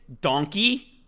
Donkey